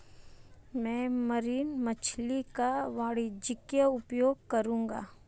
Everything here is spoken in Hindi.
मैं मरीन मछली का वाणिज्यिक उपयोग करूंगा